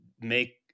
make